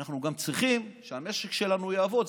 אנחנו גם צריכים שהמשק שלנו יעבוד.